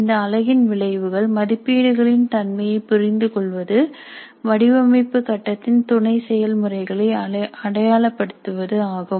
இந்த அலகின் விளைவுகள் மதிப்பீடுகளின் தன்மையை புரிந்து கொள்வது வடிவமைப்பு கட்டத்தின் துணை செயல்முறைகளை அடையாளப்படுத்துவது ஆகும்